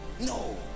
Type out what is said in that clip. no